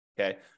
Okay